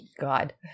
God